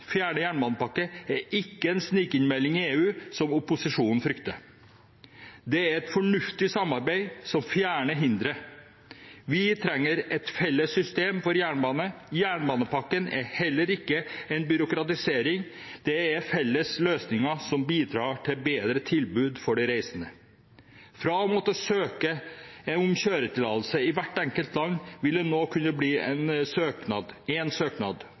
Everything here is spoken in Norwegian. Fjerde jernbanepakke er ikke en snikinnmelding i EU, som opposisjonen frykter. Det er et fornuftig samarbeid som fjerner hindre. Vi trenger et felles system for jernbane. Jernbanepakken er heller ikke en byråkratisering. Det er felles løsninger som bidrar til bedre tilbud for de reisende. Fra å måtte søke om kjøretillatelse i hvert enkelt land vil det nå kunne bli én søknad – åpenbart en